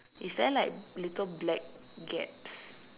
is there like little black gaps